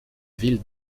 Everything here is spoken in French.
ville